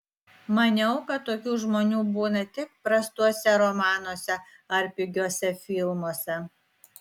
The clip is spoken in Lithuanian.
maniau kad tokių žmonių būna tik prastuose romanuose ar pigiuose filmuose